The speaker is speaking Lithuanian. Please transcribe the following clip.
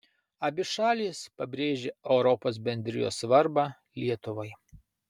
abi šalys pabrėžia europos bendrijos svarbą lietuvai